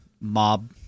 mob